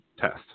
test